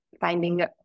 finding